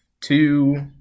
two